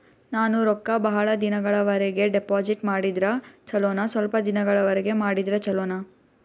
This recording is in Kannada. ನಾನು ರೊಕ್ಕ ಬಹಳ ದಿನಗಳವರೆಗೆ ಡಿಪಾಜಿಟ್ ಮಾಡಿದ್ರ ಚೊಲೋನ ಸ್ವಲ್ಪ ದಿನಗಳವರೆಗೆ ಮಾಡಿದ್ರಾ ಚೊಲೋನ?